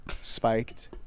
spiked